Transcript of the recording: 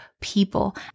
people